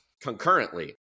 concurrently